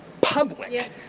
public